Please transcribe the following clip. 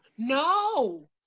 No